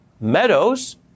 Meadows